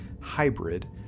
hybrid